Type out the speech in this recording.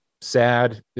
sad